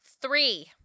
Three